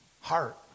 Heart